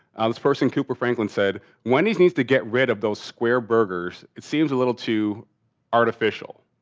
this person cooper franklin said wendy's needs to get rid of those square burgers. it seems a little too artificial.